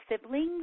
siblings